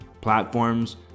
platforms